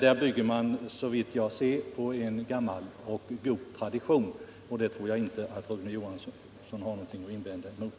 Här bygger man alltså på en gammal och god tradition, och det tror jag inte att Rune Johansson har någonting att invända mot.